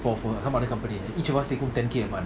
for for her mother company like each of us taking ten K a month